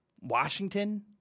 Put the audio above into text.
Washington